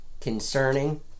concerning